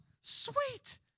sweet